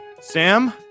Sam